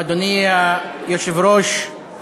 אדוני היושב-ראש,